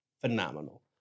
phenomenal